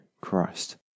Christ